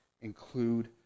include